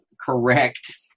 correct